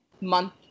month